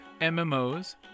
mmos